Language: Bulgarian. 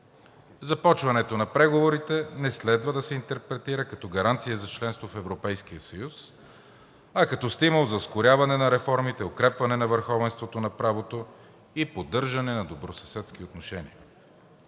Започването на преговорите не следва да се интерпретира като гаранция за членство в Европейския съюз, а като стимул за ускоряване на реформите, укрепване на върховенството на правото и поддържане на добросъседски отношения.